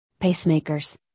pacemakers